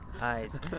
eyes